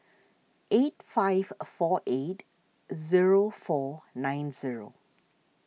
eight five four eight zero four nine zero